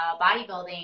bodybuilding